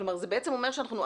כלומר זה בעצם אומר שאנחנו,